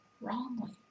wrongly